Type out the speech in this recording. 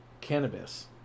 cannabis